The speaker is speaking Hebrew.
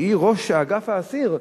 שהיא ראש אגף האסיר,